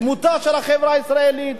דמותה של החברה הישראלית,